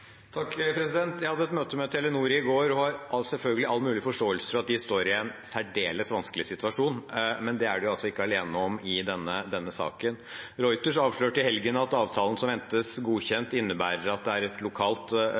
Jeg hadde et møte med Telenor i går og har selvfølgelig all mulig forståelse for at de står i en særdeles vanskelig situasjon, men det er de altså ikke alene om i denne saken. Reuters avslørte i helgen at avtalen som ventes godkjent, innebærer at det er et lokalt